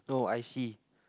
oh I see